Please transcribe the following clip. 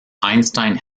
einstein